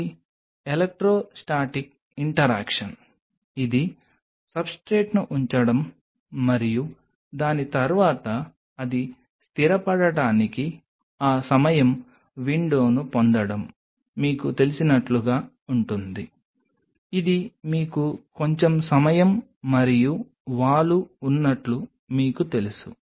ఇది electrostatic interaction ఇది సబ్స్ట్రేట్ను ఉంచడం మరియు దాని తర్వాత అది స్థిరపడటానికి ఆ సమయ విండోను పొందడం మీకు తెలిసినట్లుగా ఉంటుంది ఇది మీకు కొంచెం సమయం మరియు వాలు ఉన్నట్లు మీకు తెలుసు